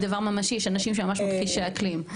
היא דבר ממשי של אנשים שממש מכחישי אקלים.